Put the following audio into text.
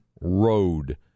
road